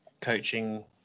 coaching